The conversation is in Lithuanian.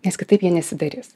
nes kitaip jie nesidairys